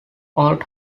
old